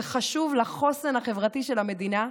זה חשוב לחוסן החברתי של המדינה.